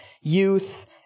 youth